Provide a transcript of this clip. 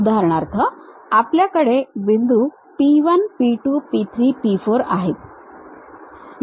उदाहरणार्थ आपल्याकडे बिंदू P 1 P 2 P 3 P 4 आहे